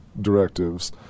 directives